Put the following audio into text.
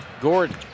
Gordon